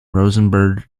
rosenborg